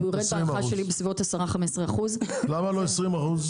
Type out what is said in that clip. בסביבות 10%-15% למה לא 20%?